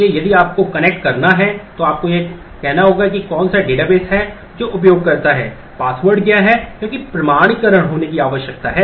इसलिए यदि आपको कनेक्ट करना है तो आपको यह कहना होगा कि कौन सा डेटाबेस है जो उपयोगकर्ता है पासवर्ड क्या है क्योंकि प्रमाणीकरण होने की आवश्यकता है